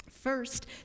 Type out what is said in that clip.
First